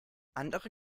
andere